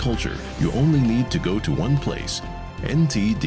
culture you only need to go to one place in